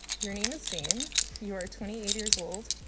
your name is james. you are twenty eight years old.